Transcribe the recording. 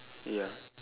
ya